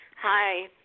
Hi